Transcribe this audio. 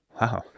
wow